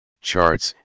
charts